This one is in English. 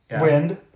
wind